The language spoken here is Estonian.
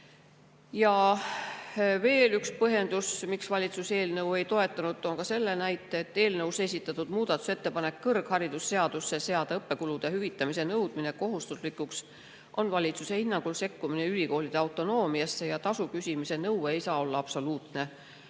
Ja veel üks põhjendus, miks valitsus eelnõu ei toetanud, toon ka selle näite: eelnõus esitatud muudatusettepanek seada kõrgharidusseaduseses õppekulude hüvitamise nõudmine kohustuslikuks on valitsuse hinnangul sekkumine ülikoolide autonoomiasse. Ja tasu küsimise nõue ei saa olla absoluutne.